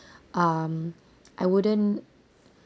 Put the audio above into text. um I wouldn't